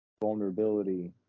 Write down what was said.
vulnerability